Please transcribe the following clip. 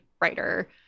writer